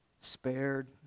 Spared